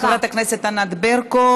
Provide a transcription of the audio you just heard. תודה רבה לחברת הכנסת ענת ברקו.